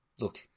look